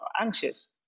anxious